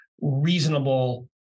reasonable